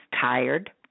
tired